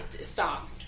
Stop